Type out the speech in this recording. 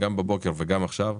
גם בבוקר וגם עכשיו.